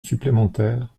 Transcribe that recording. supplémentaire